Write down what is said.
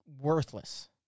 worthless